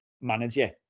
manager